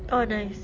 oh nice